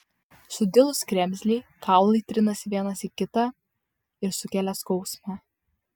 sudilus kremzlei kaulai trinasi vienas į kitą ir sukelia skausmą